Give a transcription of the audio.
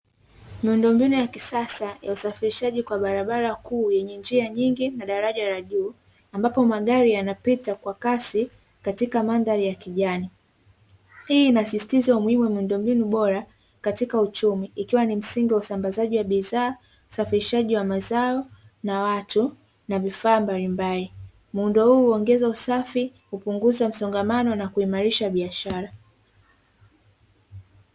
Miundombinu ya kisasa ya usafirishaji kwa barabara kuu yenye njia nyingi na daraja la juu, ambapo magari yanapita kwa kasi katika mandhari ya kijani; hii inasisitiza umuhimu wa miundombinu bora katika uchumi ikiwa ni msingi wa usambazaji wa bidhaa, usafirishaji wa mazao na watu na vifaa mbalimbali; muundo huu huongeza usafi hupunguza msongamano na kuimarisha biashara.